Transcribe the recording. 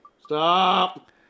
Stop